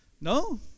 No